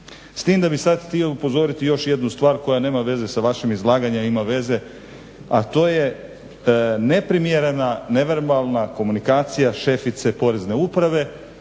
S tim da bih sad htio upozoriti još jednu stvar koja nema veze sa vašim izlaganjem, a to je neprimjerena neverbalna komunikacija šefice Porezne uprave